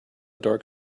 dark